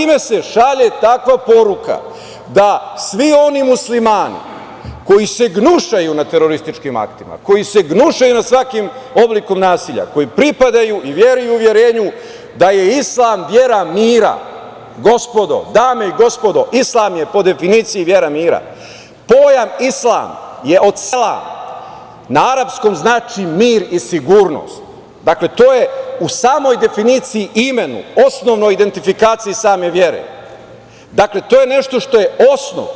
Time se šalje takva poruka da svi oni Muslimani koji se gnušaju nad terorističkim aktima, koji se gnušaju nad svakim oblikom nasilja, koji pripadaju i veri i uverenju da je islam vera mira, gospodo, dame i gospodo, islam je po definiciji vera mira, pojam islam je od "selam", na arapskom znači mir i sigurnost, dakle to je u samoj definiciji i imenu, osnovnoj identifikaciji same vere i to je nešto što je osnov.